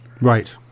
Right